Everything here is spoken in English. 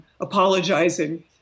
apologizing